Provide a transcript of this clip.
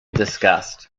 discussed